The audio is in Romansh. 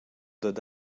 dad